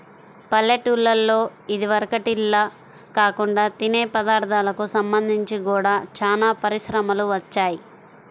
పల్లెటూల్లలో ఇదివరకటిల్లా కాకుండా తినే పదార్ధాలకు సంబంధించి గూడా చానా పరిశ్రమలు వచ్చాయ్